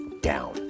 down